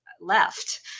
left